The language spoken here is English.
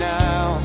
now